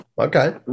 okay